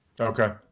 Okay